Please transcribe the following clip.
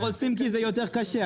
הן לא רוצות כי זה יותר קשה.